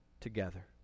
together